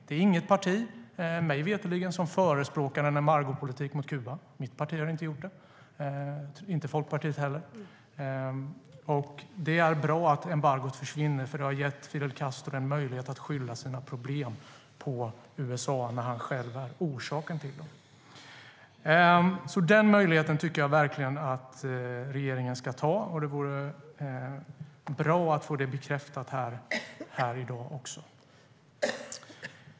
Det är mig veterligen inget parti som förespråkar en embargopolitik mot Kuba. Mitt parti har inte gjort det, inte Folkpartiet heller. Det är bra att embargot försvinner, för det har gett Fidel Castro en möjlighet att skylla sina problem på USA, när han själv är orsaken till dem. Den möjligheten tycker jag verkligen att regeringen ska ta. Det vore bra att få det bekräftat här i dag.